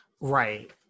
Right